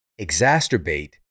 exacerbate